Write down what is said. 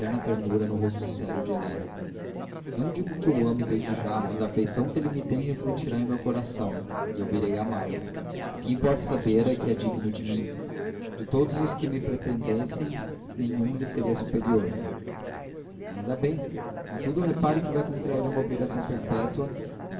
paternal ternura no rosto sério de helena não digo que o ame desde já mas a afeição que ele me tem refletirá em meu coração e eu virei a amá-lo o que importa saber é que é digno de mim de todos os que me pretendessem nenhum lhe seria superior ainda bem contudo repare que vai contrair uma obrigação perpétua